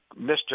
Mr